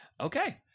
Okay